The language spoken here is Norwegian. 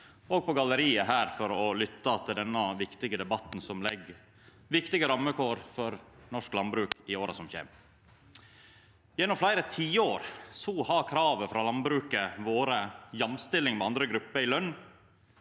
og på galleriet her, for å lytta til denne viktige debatten, som legg viktige rammevilkår for norsk landbruk i åra som kjem. Gjennom fleire tiår har kravet frå landbruket vore jamstilling med andre grupper i løn,